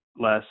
less